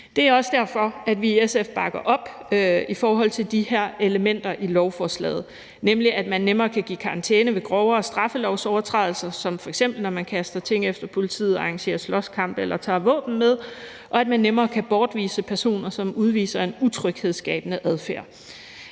Det er også derfor, at vi i SF bakker op i forhold til de her elementer i lovforslaget, nemlig at man nemmere kan give karantæne ved grovere straffelovsovertrædelser, som når man f.eks. kaster ting efter politiet og arrangerer slåskampe eller tager våben med, og at man nemmere kan bortvise personer, som udviser en utryghedsskabende adfærd.